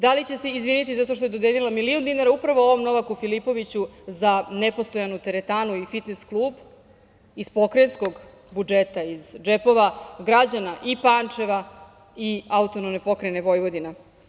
Da li će se izviniti zato što je dodelila milion dinara upravo ovom Novaku Filipoviću za nepostojanu teretanu i fitnes klub iz pokrajinskog budžeta, iz džepova građana Pančeva i AP Vojvodina?